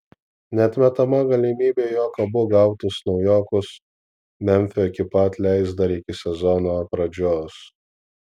neatmetama galimybė jog abu gautus naujokus memfio ekipa atleis dar iki sezono pradžios